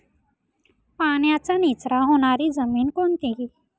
पाण्याचा निचरा होणारी जमीन कोणती?